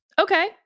Okay